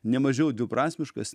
nemažiau dviprasmiškas